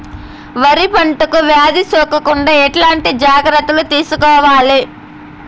వరి పంటకు వ్యాధి సోకకుండా ఎట్లాంటి జాగ్రత్తలు తీసుకోవాలి?